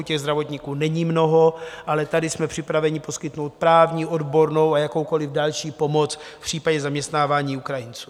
Těch zdravotníků není mnoho, ale tady jsme připraveni poskytnout právní, odbornou a jakoukoliv další pomoc v případě zaměstnávání Ukrajinců.